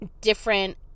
different